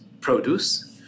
produce